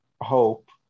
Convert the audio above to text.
Hope